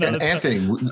Anthony